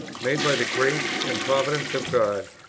made by the grace and providence of god,